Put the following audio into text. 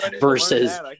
versus